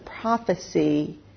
prophecy